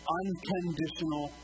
unconditional